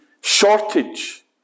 shortage